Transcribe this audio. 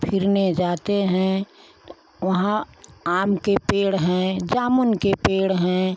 फिरने जाते हैं तो वहाँ आम के पेड़ हैं जामुन के पेड़ हैं